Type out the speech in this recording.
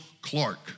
Clark